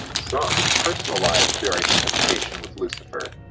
some personalize their identification with lucifer,